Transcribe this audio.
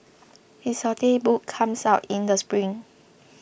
his saute book comes out in the spring